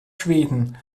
schweden